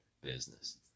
business